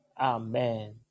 Amen